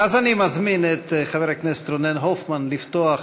אני מזמין את חבר הכנסת רונן הופמן לפתוח,